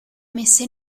messa